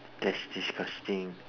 that's disgusting